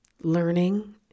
learning